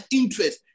interest